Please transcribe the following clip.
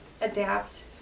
adapt